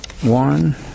one